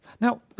Now